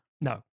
no